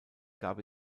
gab